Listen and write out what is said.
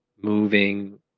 moving